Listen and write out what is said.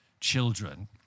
children